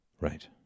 Right